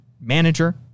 manager